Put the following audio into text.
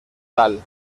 tal